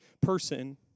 person